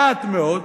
מעט מאוד,